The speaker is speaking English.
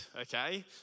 okay